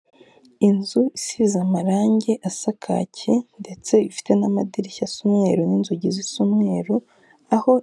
Inzu isize amarange asa kaki, ndetse ifite n'amadirishya asa umweru, n'inzugi zisa umweru aho.